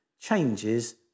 changes